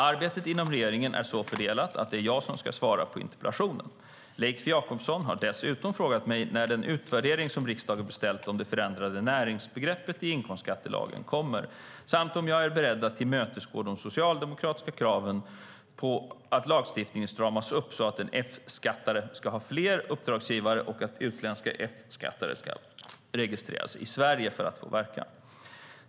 Arbetet inom regeringen är så fördelat att det är jag som ska svara på den interpellationen. Leif Jakobsson har dessutom frågat mig när den utvärdering som riksdagen beställt om det förändrade näringsbegreppet i inkomstskattelagen kommer samt om jag är beredd att tillmötesgå de socialdemokratiska kraven på att lagstiftningen stramas upp så att en F-skattare ska ha fler uppdragsgivare och att utländska F-skattare ska registrera sig i Sverige för att få verka.